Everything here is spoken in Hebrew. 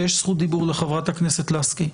כשיש זכות דיבור לחברת הכנסת לסקי.